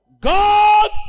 God